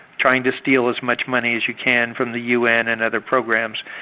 trying to steal as much money as you can from the un and other programs,